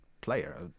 player